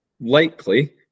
likely